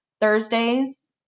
Thursdays